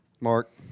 Mark